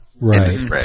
Right